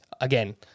again